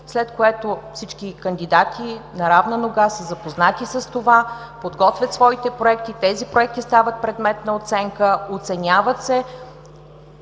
след което всички кандидати на равна нога са запознати с това, подготвят своите проекти. Тези проекти стават предмет на оценка. Оценяват се.